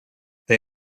they